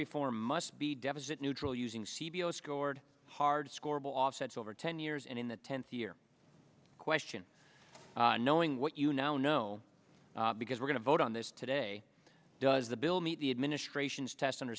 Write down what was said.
reform must be deficit neutral using c b l scored hard scorable offsets over ten years and in the tenth year question knowing what you now know because we're going to vote on this today does the bill meet the administration's test under